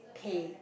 pay